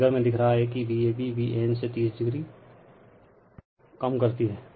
तो फिगर में दिख रहा है कि Vab Vanसे 30o कम करती हैं